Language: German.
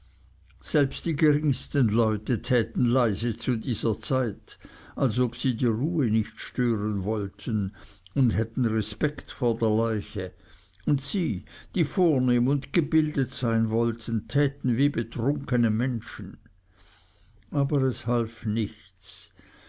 selbst die geringsten leute täten leise während dieser zeit als ob sie die ruhe nicht stören wollten und hätten respekt vor der leiche und sie die vornehm und gebildet sein wollten täten wie betrunkene menschen aber es half nichts